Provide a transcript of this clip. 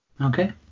okay